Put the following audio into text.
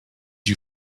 you